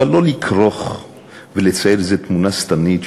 אבל לא לכרוך ולצייר איזה תמונה שטנית,